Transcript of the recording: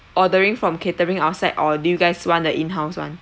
ordering from catering outside or do you guys want the in house one